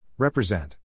Represent